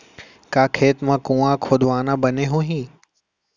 का खेत मा कुंआ खोदवाना बने होही?